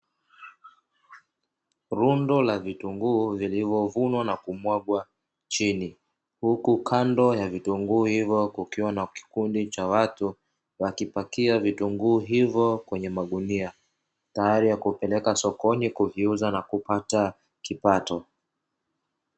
Lundo la vitunguu vilivyovunwa na kumwagwa chini, huku kando ya vitunguu hivyo kukiwa na kikundi cha watu wakipakia vitunguu hivyo kwenye magunia; tayari kwa kupeleka sokoni kuviuza na kupata kipato.